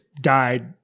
died